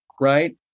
right